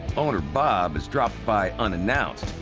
owner bob has dropped by, unannounced,